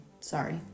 Sorry